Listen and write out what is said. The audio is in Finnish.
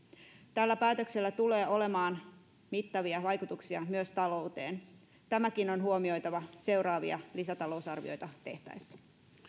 tällä päätöksellä tulee olemaan mittavia vaikutuksia myös talouteen tämäkin on huomioitava seuraavia lisätalousarvioita tehtäessä